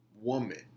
Woman